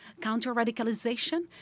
counter-radicalization